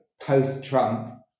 post-Trump